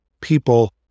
people